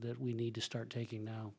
that we need to start taking now